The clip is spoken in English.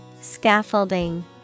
Scaffolding